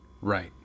Right